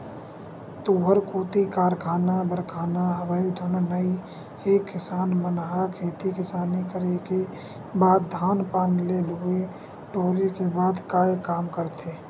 तुँहर कोती कारखाना वरखाना हवय धुन नइ हे किसान मन ह खेती किसानी करे के बाद धान पान ल लुए टोरे के बाद काय काम करथे?